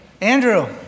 Andrew